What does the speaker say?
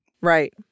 Right